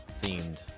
themed